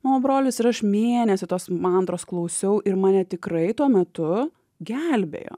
mano brolis ir aš mėnesį tos mantros klausiau ir mane tikrai tuo metu gelbėjo